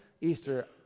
Easter